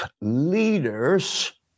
Leaders